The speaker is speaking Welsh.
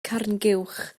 carnguwch